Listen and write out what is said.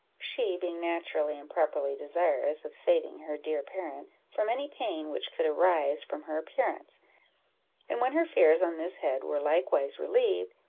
she being naturally and properly desirous of saving her dear parent from any pain which could arise from her appearance and when her fears on this head were likewise relieved,